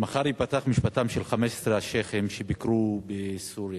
מחר ייפתח משפטם של 15 השיח'ים שביקרו בסוריה.